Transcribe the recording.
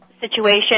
situation